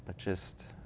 just